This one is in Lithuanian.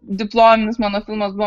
diplominis mano filmas buvo